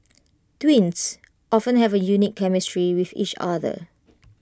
twins often have A unique chemistry with each other